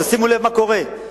תשימו לב מה קורה,